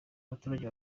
abaturage